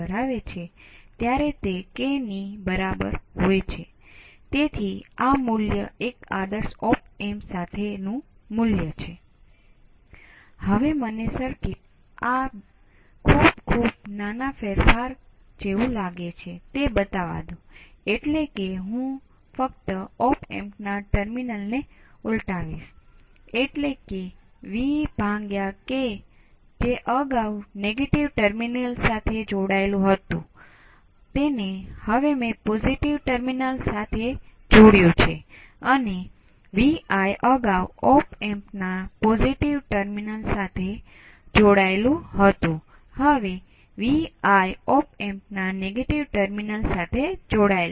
હવે પ્રક્રિયા હજી પણ પહેલા જેવી જ છે આપણે એક ઓપ એમ્પ ને કારણે થોડી જટિલતામાં દોડી શકો છો અને તમે તેમાંથી કોઈની સંજ્ઞાઓ જાણતા નથી અને આપણે તે મુદ્દાઓને કેવી રીતે હલ કરવા તે જોઈશું